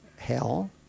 hell